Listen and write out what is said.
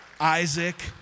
Isaac